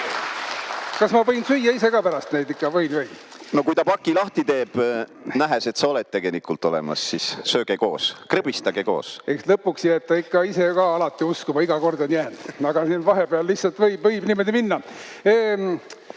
olemas, siis sööge koos, krõbistage koos. No kui ta paki lahti teeb, nähes, et sa oled tegelikult olemas, siis sööge koos, krõbistage koos. Eks lõpuks jääb ta ikka ise ka alati uskuma, iga kord on jäänud. Aga vahepeal lihtsalt võib niimoodi minna.